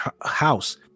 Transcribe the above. house